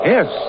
Yes